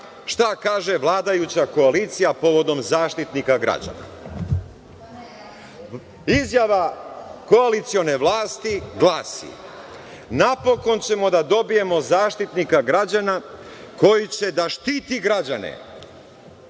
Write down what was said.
šta kaže vladajuća koalicija povodom Zaštitnika građana. Izjava koalicione vlasti glasi – napokon ćemo da dobijemo Zaštitnika građana koji će da štiti građane.